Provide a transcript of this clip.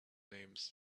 names